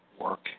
work